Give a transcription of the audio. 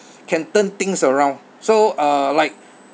can turn things around so uh like